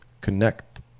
connect